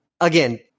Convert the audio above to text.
again